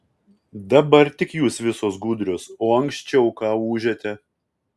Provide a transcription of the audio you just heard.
dabar tik jūs visos gudrios o anksčiau ką ūžėte